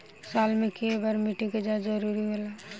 साल में केय बार मिट्टी के जाँच जरूरी होला?